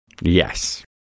Yes